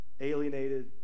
alienated